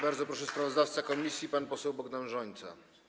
Bardzo proszę, sprawozdawca komisji pan poseł Bogdan Rzońca.